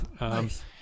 Nice